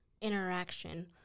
interaction